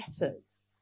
letters